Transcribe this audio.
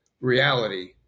reality